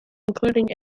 including